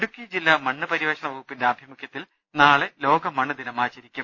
ഇടുക്കി ജില്ല മണ്ണ് പര്യവേഷണ വകുപ്പിന്റെ ആഭിമുഖ്യത്തിൽ നാളെ ലോക മണ്ണ് ദിനം ആചരിക്കും